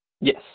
Yes